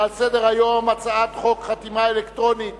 הצעת חוק חתימה אלקטרונית